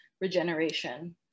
regeneration